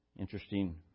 Interesting